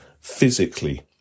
physically